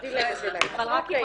זה בלתי אפשרי.